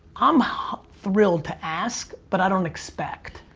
i'm thrilled to ask but i don't expect.